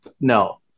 no